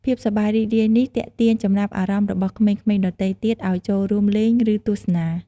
ភាពសប្បាយរីករាយនេះទាក់ទាញចំណាប់អារម្មណ៍របស់ក្មេងៗដទៃទៀតឱ្យចូលរួមលេង ឬទស្សនា។